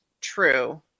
true